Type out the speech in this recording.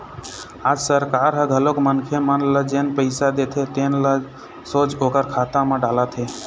आज सरकार ह घलोक मनखे मन ल जेन पइसा देथे तेन ल सोझ ओखर खाता म डालत हे